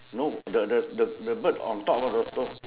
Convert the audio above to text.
no the the the the bird on top of the stone